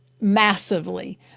massively